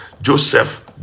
joseph